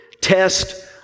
test